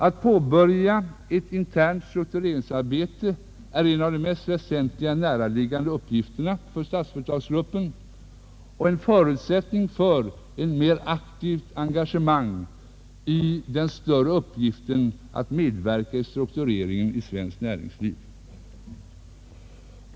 Att påbörja ett internt struktureringsarbete är en av de mest väsentliga näraliggande uppgifterna för statsföretagsgruppen och en förutsättning för ett mer aktivt engagemang i den större uppgiften att medverka i struktureringen av svenskt näringsliv.